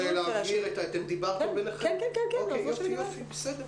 אני רוצה להתייחס כך: ייתכן שיש צורך